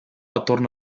attorno